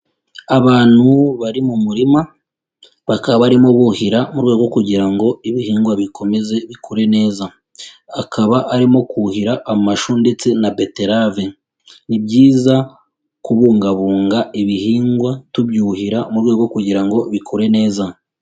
Abantu bari mu murima, bakaba barimo buhira mu rwego kugira ngo ibihingwa bikomeze bikure neza. Akaba arimo kuhira amashu ndetse na beterave. Ni byiza kubungabunga ibihingwa tubyuhira, mu rwego rwo kugira ngo bikure neza.